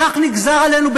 כך נגזר עלינו,